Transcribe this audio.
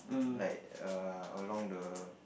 like err along the